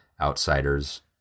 outsiders